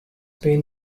been